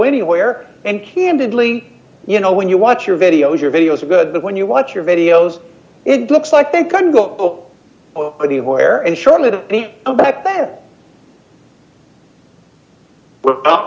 anywhere and candidly you know when you watch your videos your videos are good but when you watch your videos it looks like they couldn't go anywhere and short of any back the